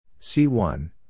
C1